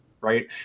right